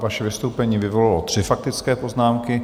Vaše vystoupení vyvolalo tři faktické poznámky.